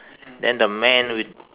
then the man with